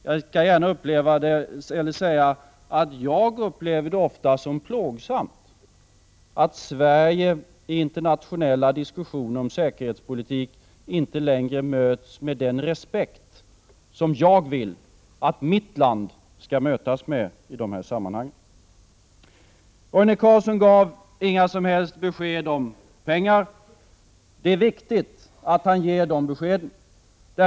Jag kan gärna säga att jag ofta upplever det som plågsamt att Sverige, i internationella diskussioner om säkerhetspolitik, inte längre möts med den respekt som jag vill att mitt land skall mötas med i de här sammanhangen. Roine Carlsson gav inga som helst besked om pengar. Det är viktigt att han ger de beskeden.